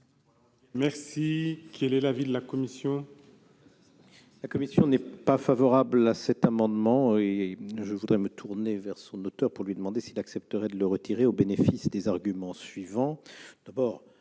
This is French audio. Quel est l'avis de la commission ?